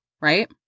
right